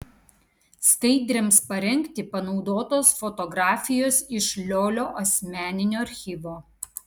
skaidrėms parengti panaudotos fotografijos iš liolio asmeninio archyvo